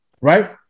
right